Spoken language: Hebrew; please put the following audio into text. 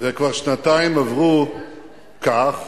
כבר שנתיים עברו כך